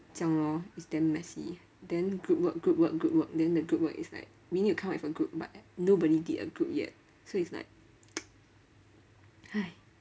这样 lor it's damn messy then group work group work group work then the group work is like we need to come up with a group but nobody did a group yet so it's like !hais!